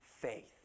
faith